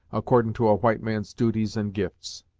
accordin' to a white man's duties and gifts.